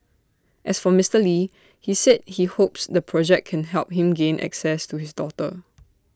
as for Mister lee he said he hopes the project can help him gain access to his daughter